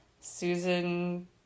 Susan